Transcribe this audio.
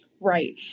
Right